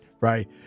right